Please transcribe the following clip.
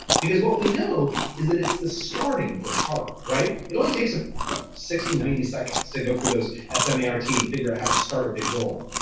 because what we know is that it's the starting that's hard, right? it only takes ah sixty, ninety seconds to go through those s m a r t and figure out how to start a big goal.